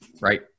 Right